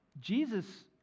Jesus